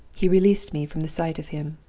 he released me from the sight of him.